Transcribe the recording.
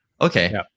Okay